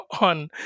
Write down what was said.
on